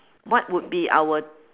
what would be our